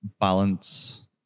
balance